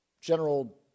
general